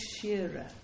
Shearer